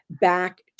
back